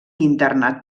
internat